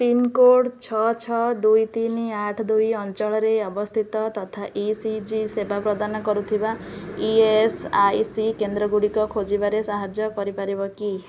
pincode ଛଅ ଛଅ ଦୁଇ ତିନି ଆଠ ଦୁଇ ଅଞ୍ଚଳରେ ଅବସ୍ଥିତ ତଥା ଇ ସି ଜି ସେବା ପ୍ରଦାନ କରୁଥିବା ଇ ଏସ୍ ଆଇ ସି କେନ୍ଦ୍ରଗୁଡ଼ିକ ଖୋଜିବାରେ ସାହାଯ୍ୟ କରିପାରିବ କି